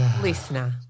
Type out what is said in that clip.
listener –